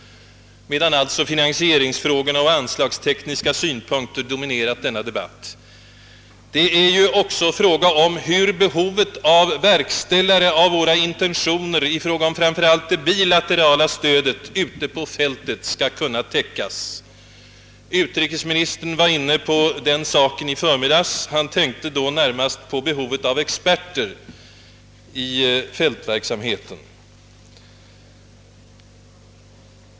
Finansieringsfrågornaå och de 'anslagstekniska synpunkterna har dominerat denna debatt. Det är ju: ock: så fråga om hur behovet av verkställare av:våra intentioner i fråga om framför allt det bilaterala stödet ute.-på fältet skall kunna täckas. Utrikesministern var inne på den saken i förmiddags. Han tänkte då närmast på behovet av experter i fältverksamheten.